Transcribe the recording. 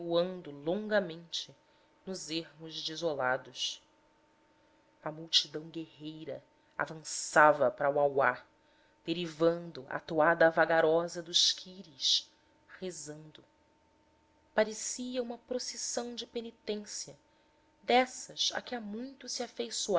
reboando longamente nos ermos desolados a multidão guerreira avançara para uauá derivando à toada vagarosa dos kyries rezando parecia uma procissão de penitência dessas a que há muito se afeiçoaram